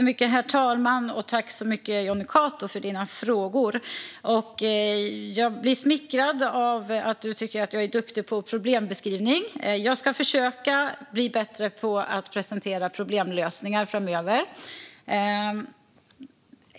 Herr talman! Tack så mycket för dina frågor, Jonny Cato! Jag blir smickrad av att du tycker att jag är duktig på problembeskrivning. Jag ska försöka bli bättre på att presentera problemlösningar framöver.